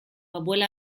abuela